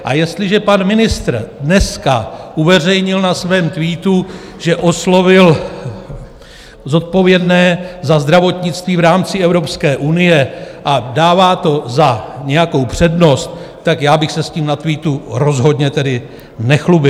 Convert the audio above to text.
A jestliže pan ministr dneska uveřejnil na svém Twitteru, že oslovil zodpovědné za zdravotnictví v rámci Evropské unie, a dává to za nějakou přednost, tak já bych se s tím na Twitteru rozhodně tedy nechlubil.